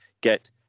get